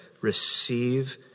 receive